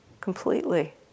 completely